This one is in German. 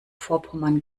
vorpommern